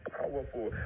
powerful